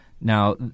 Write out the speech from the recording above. Now